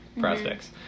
prospects